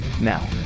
now